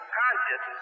conscious